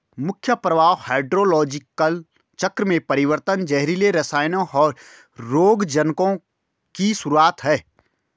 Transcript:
मुख्य प्रभाव हाइड्रोलॉजिकल चक्र में परिवर्तन, जहरीले रसायनों, और रोगजनकों की शुरूआत हैं